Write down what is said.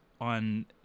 On